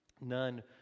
none